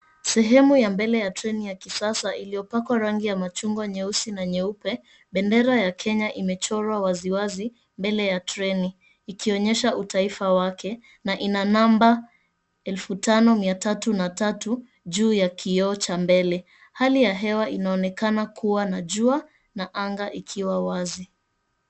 Sehemu ya mbele ya treini ya kisasa iliyopakwa rangi ya machungwa nyeusi na nyeupe bendera ya Kenya imechorwa waziwazi mbele ya treini ikionyesha utaifa wake na ina namba 5,303 juu ya kioo cha mbele. Hali ya hewa inaonekana kuwa na jua na anga ikiwa wazi.